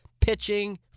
pitching